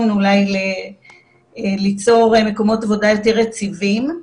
אולי ליצור מקומות עבודה יותר יציבים,